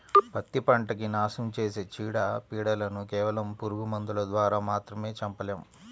పత్తి పంటకి నాశనం చేసే చీడ, పీడలను కేవలం పురుగు మందుల ద్వారా మాత్రమే చంపలేము